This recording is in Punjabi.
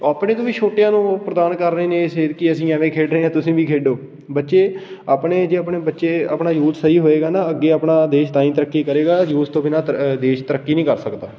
ਆਪਣੇ ਤੋਂ ਵੀ ਛੋਟਿਆਂ ਨੂੰ ਉਹ ਪ੍ਰਦਾਨ ਕਰ ਰਹੇ ਨੇ ਇਹ ਸੇਧ ਕਿ ਅਸੀਂ ਐਵੇਂ ਖੇਡ ਰਹੇ ਹਾਂ ਤੁਸੀਂ ਵੀ ਖੇਡੋ ਬੱਚੇ ਆਪਣੇ ਜੇ ਆਪਣੇ ਬੱਚੇ ਆਪਣਾ ਯੂਥ ਸਹੀ ਹੋਏਗਾ ਨਾ ਅੱਗੇ ਆਪਣਾ ਦੇਸ਼ ਤਾਂ ਹੀ ਤਰੱਕੀ ਕਰੇਗਾ ਯੂਥ ਤੋਂ ਬਿਨਾਂ ਤਰ ਦੇਸ਼ ਤਰੱਕੀ ਨਹੀਂ ਕਰ ਸਕਦਾ